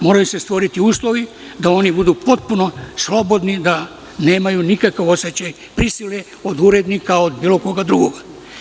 Moraju se stvoriti uslovi da oni budu potpuno slobodni, da nemaju nikakav osećaj prisile od urednika, od bilo koga drugog.